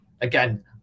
Again